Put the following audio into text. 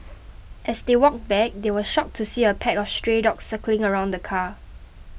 as they walked back they were shocked to see a pack of stray dogs circling around the car